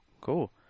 Cool